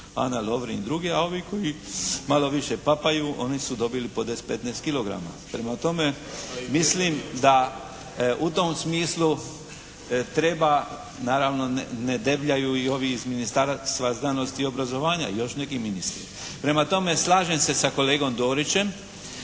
Ana Lovrin i druge. A ovi koji malo više papaju, oni su dobili po deset, petnaest kilograma. Prema tome, mislim da u tom smislu treba naravno ne debljaju i ovi iz Ministarstva znanosti i obrazovanja i još neki ministri. Prema tome, slažem se sa kolegom Dorićem